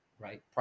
right